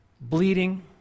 bleeding